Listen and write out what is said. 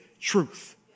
truth